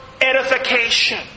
edification